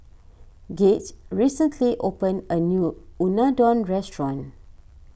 Gaige recently opened a new Unadon restaurant